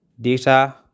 data